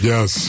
Yes